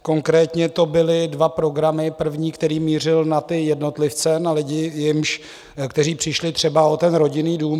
Konkrétně to byly dva programy první, který mířil na jednotlivce, na lidi, kteří přišli třeba o rodinný dům.